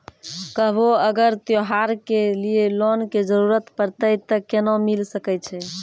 कभो अगर त्योहार के लिए लोन के जरूरत परतै तऽ केना मिल सकै छै?